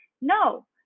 No